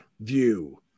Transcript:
view